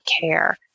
care